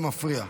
זה מפריע.